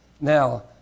Now